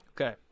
okay